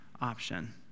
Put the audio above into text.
option